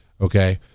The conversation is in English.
Okay